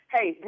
Hey